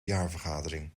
jaarvergadering